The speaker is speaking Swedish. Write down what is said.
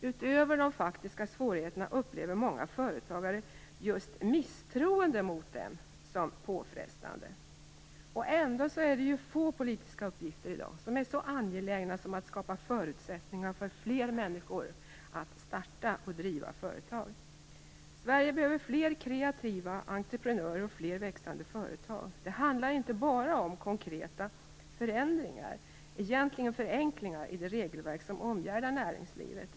Utöver de faktiska svårigheterna upplever många företagare just misstroendet mot dem som påfrestande. Ändå är det få politiska uppgifter i dag som är så angelägna som att skapa förutsättningar för fler människor att starta och driva företag. Sverige behöver fler kreativa entrepenörer och fler växande företag. Det handlar inte bara om konkreta förändringar - egentligen förenklingar - i det regelverk som omgärdar näringslivet.